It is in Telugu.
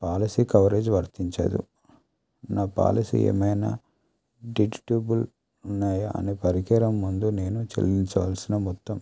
పాలసీ కవరేజ్ వర్తించదు నా పాలసీ ఏమైనా డిజిటేబుల్ ఉన్నాయా అని పరికరం ముందు నేను చెల్లించాల్సిన మొత్తం